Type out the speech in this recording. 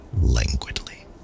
languidly